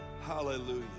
Hallelujah